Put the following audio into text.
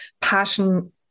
passion